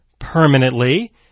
permanently